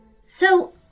So